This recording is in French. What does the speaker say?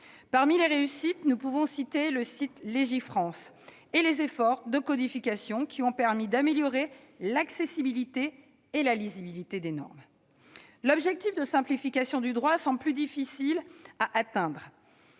Parmi les réussites, nous pouvons citer le site Légifrance et les efforts de codification, qui ont permis d'améliorer l'accessibilité et la lisibilité des normes. L'objectif de simplification du droit semble plus difficile à atteindre.